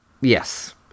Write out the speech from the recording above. Yes